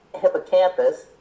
hippocampus